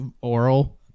oral